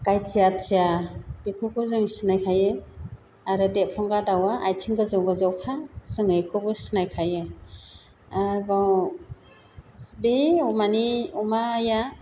गायथियाथिया बेफोरखौ जों सिनायखायो आरो देरफ्रंगा दाउआ आथिं गोजौ गोजौखा जोङो बेखौबो सिनायखायो आरोबाव बे माने अमाया